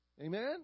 Amen